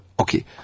Okay